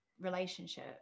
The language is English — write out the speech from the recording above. relationship